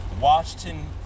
Washington